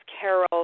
Carol